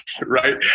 right